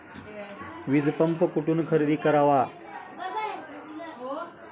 वीजपंप कुठून खरेदी करावा?